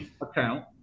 account